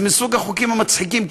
זה מסוג החוקים המצחיקים,